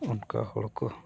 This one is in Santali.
ᱚᱱᱠᱟ ᱦᱚᱲ ᱠᱚ